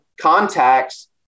contacts